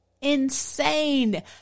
insane